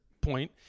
point